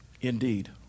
Indeed